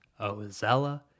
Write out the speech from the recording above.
Ozella